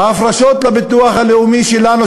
ההפרשות לביטוח הלאומי שלנו,